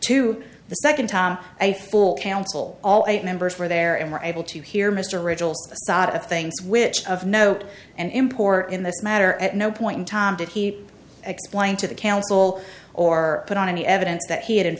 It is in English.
to the second time a full council all eight members were there and were able to hear mr originals of things which of note and import in this matter at no point in time did he explain to the council or put on any evidence that he had